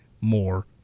more